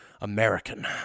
American